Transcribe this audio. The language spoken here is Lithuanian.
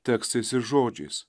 tekstais ir žodžiais